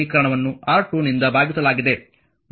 ಅಂತೆಯೇ i2 v R2